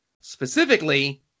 specifically